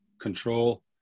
control